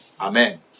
Amen